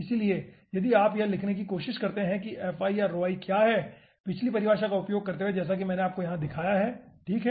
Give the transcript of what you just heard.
इसलिए यदि आप यह लिखने की कोशिश करते हैं कि fi या क्या है पिछली परिभाषा का उपयोग करते हुए जैसा कि मैंने आपको यहां दिखाया है ठीक है